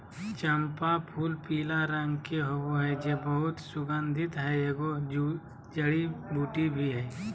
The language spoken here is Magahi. चम्पा फूलपीला रंग के होबे हइ जे बहुत सुगन्धित हइ, एगो जड़ी बूटी भी हइ